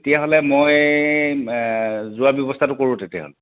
তেতিয়াহ'লে মই যোৱাৰ ব্যৱস্থাটো কৰোঁ তেতিয়াহ'লে